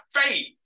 faith